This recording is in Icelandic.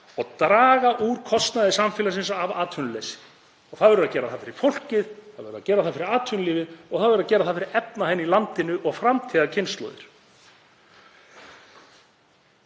og draga úr kostnaði samfélagsins af atvinnuleysi. Það verður að gera það fyrir fólkið, það verður að gera það fyrir atvinnulífið og það verður að gera það fyrir efnahaginn í landinu og framtíðarkynslóðir.